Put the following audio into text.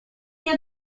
nie